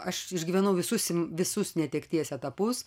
aš išgyvenau visus visus netekties etapus